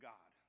God